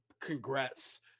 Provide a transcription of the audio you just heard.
Congrats